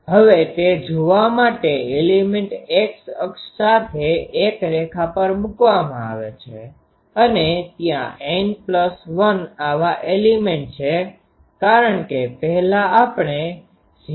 હવે તે જોવા માટે એલીમેન્ટ X અક્ષ સાથે એક રેખા પર મૂકવામાં આવે છે અને ત્યાં N1 આવા એલીમેન્ટ છે કારણ કે પહેલા આપણે 012